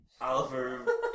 Oliver